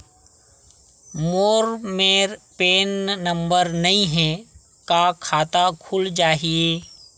मोर मेर PAN number नई हे का खाता खुल जाही?